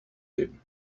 him